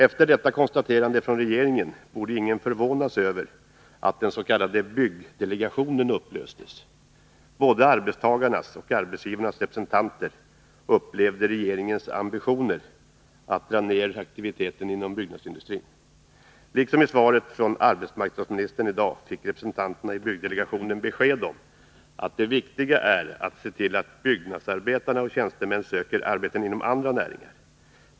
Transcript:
Efter detta konstaterande från regeringen borde ingen förvånas över att den s.k. byggdelegationen upplöstes. Både arbetstagarnas och arbetsgivarnas representanter upplevde det så att det var regeringens ambitioner att dra ned aktiviteten inom byggnadsindustrin. Representanterna i byggdelegationen fick, liksom jag i svaret i dag, besked om att det viktiga är att se till att byggnadsarbetare och tjänstemän inom byggbranschen söker arbete inom andra näringar.